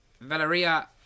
Valeria